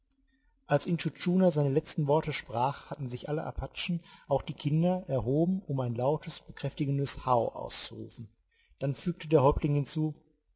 als intschu tschuna seine letzten worte sprach hatten sich alle apachen auch die kinder erhoben um ein lautes bekräftigendes howgh auszurufen dann fügte der häuptling hinzu